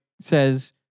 says